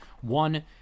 one